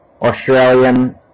Australian